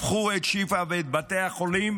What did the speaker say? הפכו את שיפא ובתי החולים